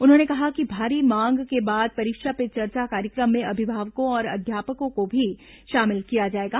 उन्होंने कहा कि भारी मांग के बाद परीक्षा पे चर्चा कार्यक्रम में अभिभावकों और अध्यापकों को भी शामिल किया जायेगा